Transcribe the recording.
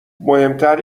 مهمتر